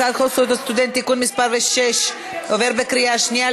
הצעת חוק זכויות הסטודנט (תיקון מס' 6) עוברת בקריאה שנייה.